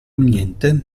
niente